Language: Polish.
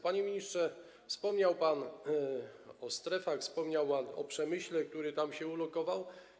Panie ministrze, wspomniał pan o strefach, wspomniał pan o przemyśle, który tam się ulokował.